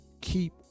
Keep